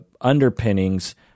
underpinnings